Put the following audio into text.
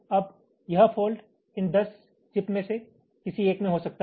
अब यह फॉल्ट इन 10 चिप्स में से किसी एक में हो सकता है